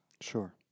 sure